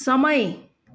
समय